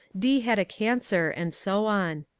d. had a cancer, and so on.